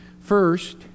First